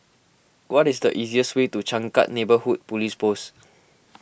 what is the easiest way to Changkat Neighbourhood Police Post